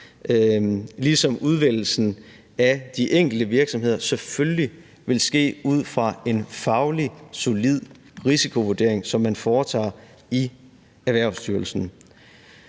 ligesom udvælgelsen af de enkelte virksomheder selvfølgelig vil ske ud fra en solid faglig risikovurdering, som man foretager i Erhvervsstyrelsen.